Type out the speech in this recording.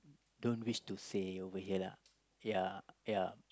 don't wish to say over here lah ya ya